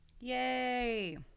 Yay